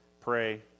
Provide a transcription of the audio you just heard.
Pray